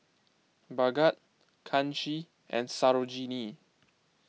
Bhagat Kanshi and Sarojini